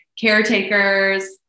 caretakers